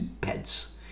beds